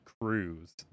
cruise